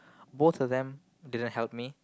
both of them didn't help me